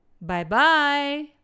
Bye-bye